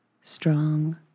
strong